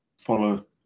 follow